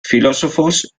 filósofos